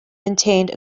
maintained